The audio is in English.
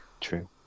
true